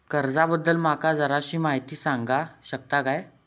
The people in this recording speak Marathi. कर्जा बद्दल माका जराशी माहिती सांगा शकता काय?